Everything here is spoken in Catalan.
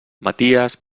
maties